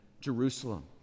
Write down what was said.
Jerusalem